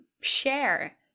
share